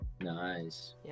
Nice